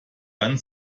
dann